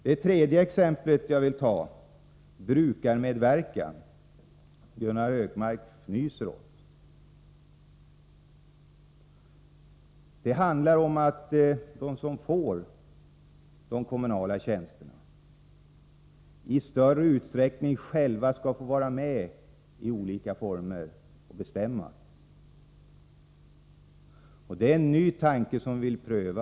Det tredje exemplet jag vill ta gäller brukarmedverkan, som Gunnar Hökmark fnyser åt. Det handlar om att de som får de kommunala tjänsterna i större utsträckning själva i olika former skall få vara med och bestämma. Det är en ny tanke som vi vill pröva.